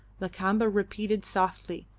lakamba repeated softly,